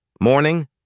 Morning